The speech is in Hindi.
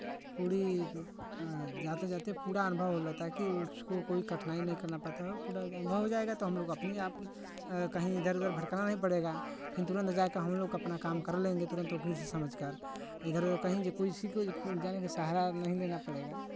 पूरी जाते जाते पूरा अनुभव होने लगता है कि उसको कोई कठिनाई नहीं करना पड़ता है पूरा अनुभव हो जायेगा तो हमलोग अपने आप कहीं इधर उधर भटकना नहीं पड़ेगा फिर तुरंत जा कर हमलोग अपना काम कर लेंगे तुरंत वकील से समझकर इधर उधर कहीं किसी को जाने का सहारा नहीं लेना पड़ेगा